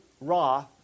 raw